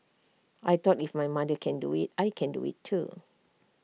I thought if my mother can do IT I can do IT too